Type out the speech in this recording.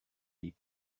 les